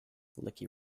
lucky